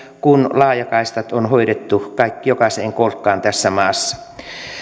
kun laajakaistat on hoidettu jokaiseen kolkkaan tässä maassa